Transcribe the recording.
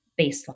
baseline